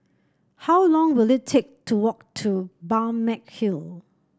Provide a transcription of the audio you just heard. how long will it take to walk to Balmeg Hill